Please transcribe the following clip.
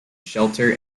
shelter